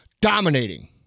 dominating